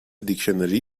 دیکشنری